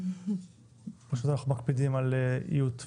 אנחנו מקפידים על איות ודקדוק.